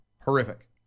horrific